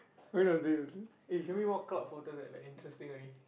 when was this eh give me more club photos like interesting only